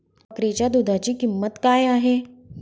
बकरीच्या दूधाची किंमत काय आहे?